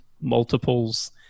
multiples